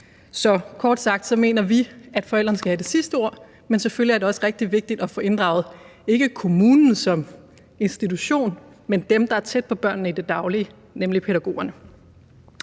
Så kort sagt mener vi, at forældrene skal have det sidste ord, men selvfølgelig er det også rigtig vigtigt at få inddraget ikke kommunen som institution, men dem, der er tæt på børnene i det daglige, nemlig pædagogerne.